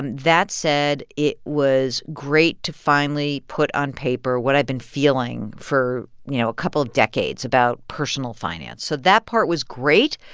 and that said, it was great to finally put on paper what i've been feeling for, you know, a couple of decades about personal finance. so that part was great.